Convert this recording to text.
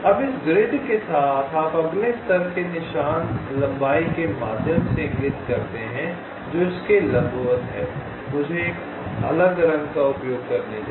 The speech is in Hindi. अब इस ग्रिड के साथ आप अगले स्तर के निशान लंबाई के माध्यम से इंगित करते हैं जो इस के लंबवत हैं मुझे एक अलग रंग का उपयोग करने दें